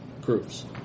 groups